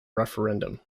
referendum